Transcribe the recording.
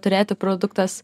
turėti produktas